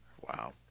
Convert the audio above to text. Wow